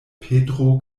petro